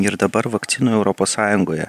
ir dabar vakcinų europos sąjungoje